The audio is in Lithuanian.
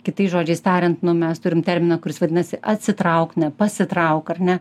kitais žodžiais tariant mes turim terminą kuris vadinasi atsitrauk ne pasitrauk ar ne